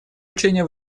учения